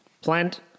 plant